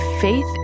Faith